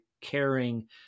caring